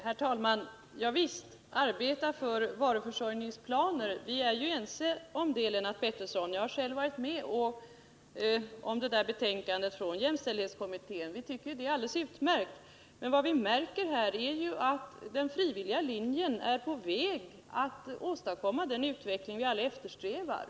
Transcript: Herr: talman! Visst är vi ense om att arbeta för varuförsörjningsplaner, Lennart Pettersson. Jag har själv varit med om det här betänkandet från jämställdhetskommittén. Vi tycker att detta är alldeles utmärkt. Men vi har sett att man med frivilliglinjen är på väg att åstadkomma den utveckling som vi eftersträvar.